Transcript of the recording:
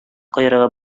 койрыгы